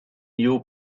new